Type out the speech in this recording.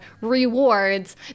rewards